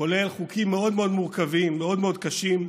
כולל חוקים מאוד מאוד מורכבים, מאוד מאוד קשים,